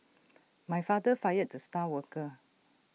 my father fired the star worker